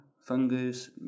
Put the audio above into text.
fungus